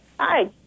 Hi